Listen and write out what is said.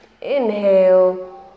Inhale